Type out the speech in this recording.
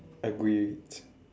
agreed